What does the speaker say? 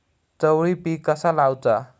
चवळी पीक कसा लावचा?